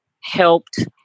helped